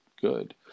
good